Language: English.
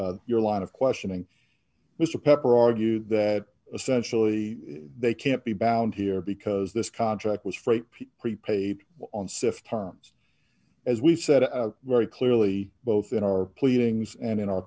to your line of questioning mr pepper argued that essentially they can't be bound here because this contract was freight prepaid on sif terms as we said a very clearly both in our pleadings and in our